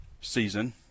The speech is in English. season